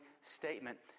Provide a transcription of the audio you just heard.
statement